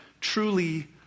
truly